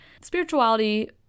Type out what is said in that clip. spirituality